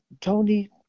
Tony